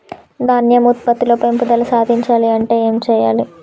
ధాన్యం ఉత్పత్తి లో పెంపుదల సాధించాలి అంటే ఏం చెయ్యాలి?